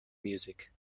music